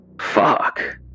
Fuck